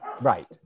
Right